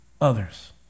others